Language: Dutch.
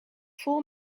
vol